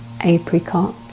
apricot